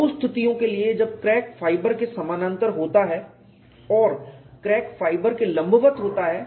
दो स्थितियों के लिए जब क्रैक फाइबर के समानांतर होता है और क्रैक फाइबर के लंबवत होता है